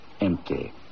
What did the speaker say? Empty